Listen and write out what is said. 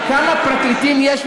אבל אני אומר לך שביעדים,